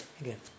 again